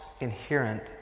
inherent